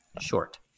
short